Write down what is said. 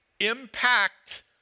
impact